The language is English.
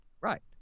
Right